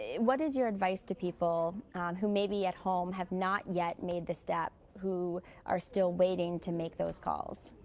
what is your advice to people who may be at home who have not yet made the step who are still waiting to make those calls?